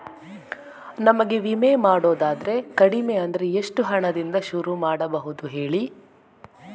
ನಮಗೆ ವಿಮೆ ಮಾಡೋದಾದ್ರೆ ಕಡಿಮೆ ಅಂದ್ರೆ ಎಷ್ಟು ಹಣದಿಂದ ಶುರು ಮಾಡಬಹುದು ಹೇಳಿ